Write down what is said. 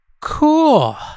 cool